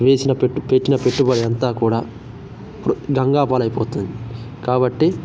వేసిన పెట్టు పెట్టిన పెట్టుబడి అంతా కూడా కు గంగా పాలైపోతుంది కాబట్టి